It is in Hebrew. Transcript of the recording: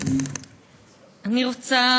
תודה,